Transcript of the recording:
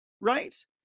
right